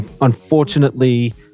Unfortunately